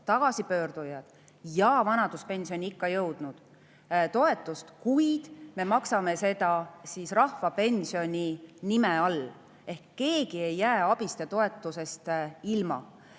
tagasipöördujad ja vanaduspensioniikka jõudnud –, toetust, kuid me maksame seda rahvapensioni nime all. Ehk keegi ei jää abist ja toetusest ilma. Mis